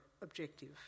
objective